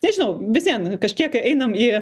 nežinau vis vien kažkiek einam į